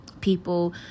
people